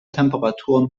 temperaturen